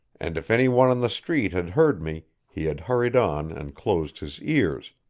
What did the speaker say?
and if any one on the street had heard me he had hurried on and closed his ears,